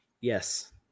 Yes